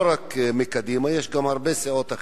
לא רק מקדימה, יש גם הרבה סיעות אחרות,